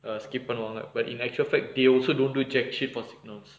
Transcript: I skip one like but in actual fact they also don't do check cheap or signals